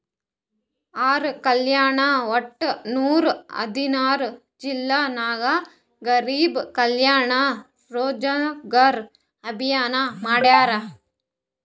R ರಾಜ್ಯನಾಗ್ ವಟ್ಟ ನೂರಾ ಹದಿನಾರ್ ಜಿಲ್ಲಾ ನಾಗ್ ಗರಿಬ್ ಕಲ್ಯಾಣ ರೋಜಗಾರ್ ಅಭಿಯಾನ್ ಮಾಡ್ಯಾರ್